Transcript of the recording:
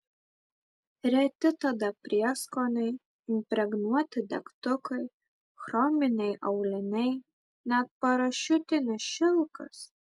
reti tada prieskoniai impregnuoti degtukai chrominiai auliniai net parašiutinis šilkas